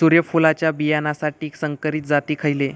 सूर्यफुलाच्या बियानासाठी संकरित जाती खयले?